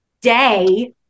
day